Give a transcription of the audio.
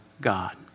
God